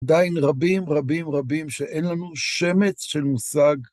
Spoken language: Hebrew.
די רבים רבים רבים שאין לנו שמץ של מושג.